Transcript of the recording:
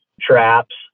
traps